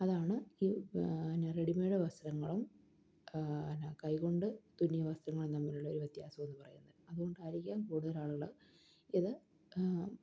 അതാണ് ഈ റെഡിമെയ്ഡ് വസ്ത്രങ്ങളും കൈകൊണ്ട് തുന്നിയ വസ്ത്രങ്ങളും തമ്മിലുള്ള ഒരു വ്യത്യാസമെന്ന് പറയുന്നത് അതുകൊണ്ടായിരിക്കാം കൂടുതലാളുകള് ഇത്